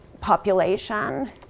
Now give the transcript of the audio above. population